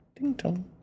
ding-dong